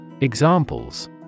Examples